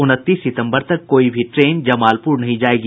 उनतीस सितम्बर तक कोई भी ट्रेन जमालपुर नहीं जायेगी